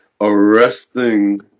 arresting